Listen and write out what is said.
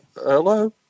Hello